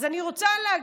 אז אני רוצה להגיד,